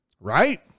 right